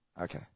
Okay